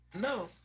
No